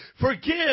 Forgive